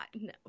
No